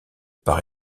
part